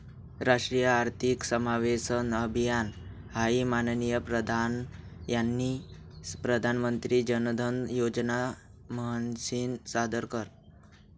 राष्ट्रीय आर्थिक समावेशन अभियान हाई माननीय पंतप्रधान यास्नी प्रधानमंत्री जनधन योजना म्हनीसन सादर कर